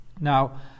Now